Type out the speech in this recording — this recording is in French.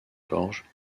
gorge